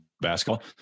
basketball